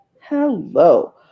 hello